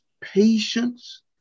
patience